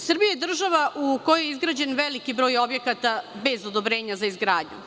Srbija je država u kojoj je izgrađen veliki broj objekata bez odobrenja za izgradnju.